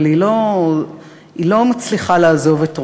אבל היא לא מצליחה לעזוב את ראשי.